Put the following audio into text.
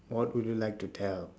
what would you like to tell